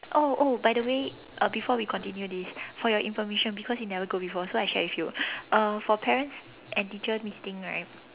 oh oh by the way uh before we continue this for your information because you never go before so I share with you uh for parents and teacher meeting right